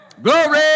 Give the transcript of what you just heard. Glory